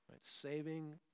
Saving